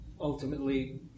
ultimately